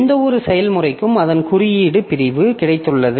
எந்தவொரு செயல்முறைக்கும் அதன் குறியீடு பிரிவு கிடைத்துள்ளது